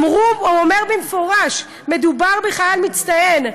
הוא אומר במפורש: מדובר בחייל מצטיין.